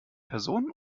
person